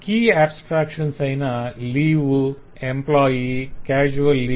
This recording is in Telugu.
కీఆబ్స్త్రాక్షన్సు అయిన లీవ్ ఎంప్లాయి కాజువల్ లీవ్